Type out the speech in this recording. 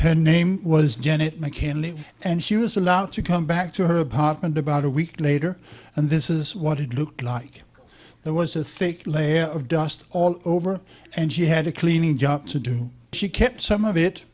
her name was janet mccann live and she was allowed to come back to her apartment about a week later and this is what it looked like there was a thick layer of dust all over and she had a cleaning job to do she kept some of it